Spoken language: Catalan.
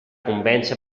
convèncer